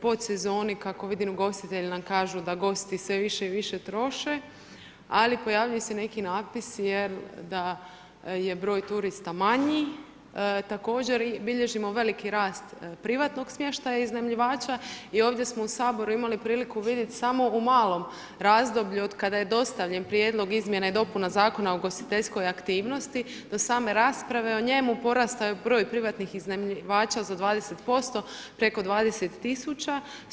Pod sezoni, kako vidim ugostitelji nam kažu da gosti sve više i više troše, ali pojavljuju se neki natpisi jer da je broj turista manji, također bilježimo veliki rast privatnog smještaja iznajmljivača i ovdje smo u Saboru imali priliku vidjet samo u malom razdoblju od kada je dostavljen prijedlog izmjene i dopuna zakona o ugostiteljskog aktivnosti do same rasprave o njemu porastao je broj privatnih iznajmljivača za 20%, preko 20 000.